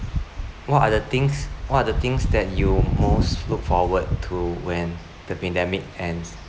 what are the things what are the things that you most look forward to when the pandemic ends